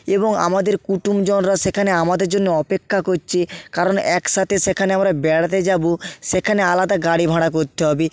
এবং আমাদের কুটুমজনরা সেখানে আমাদের জন্য অপেক্ষা করছে কারণ একসাথে সেখানে আমরা বেড়াতে যাবো সেখানে আলাদা গাড়ি ভাড়া করতে হবে